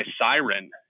siren